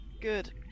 Good